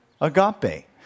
agape